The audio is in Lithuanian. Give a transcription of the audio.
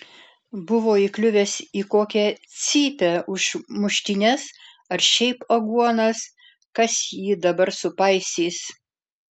buvo įkliuvęs į kokią cypę už muštynes ar šiaip aguonas kas jį dabar supaisys